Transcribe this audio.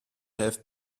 have